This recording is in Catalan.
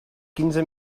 quinze